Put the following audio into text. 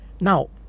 Now